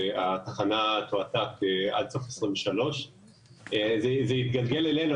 שהתחנה תועתק עד סוף שנת 2023. זה התגלגל אלינו,